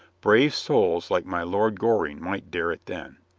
brave souls like my lord goring might dare it then.